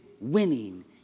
winning